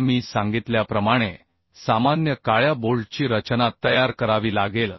आता मी सांगितल्याप्रमाणे सामान्य काळ्या बोल्टची रचना तयार करावी लागेल